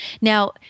Now